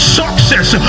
success